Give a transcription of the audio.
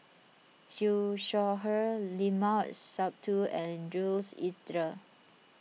Siew Shaw Her Limat Sabtu and Jules Itier